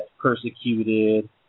persecuted